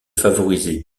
favoriser